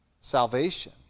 salvation